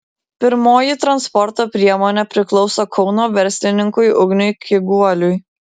pirmoji transporto priemonė priklauso kauno verslininkui ugniui kiguoliui